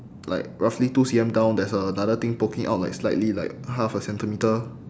like roughly two C_M down there's another thing poking out like slightly like half a centimetre